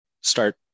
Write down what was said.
start